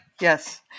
Yes